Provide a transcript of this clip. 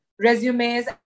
resumes